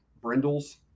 brindles